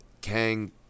Kang